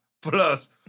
Plus